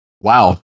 Wow